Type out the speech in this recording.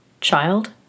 child